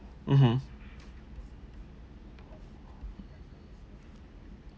mmhmm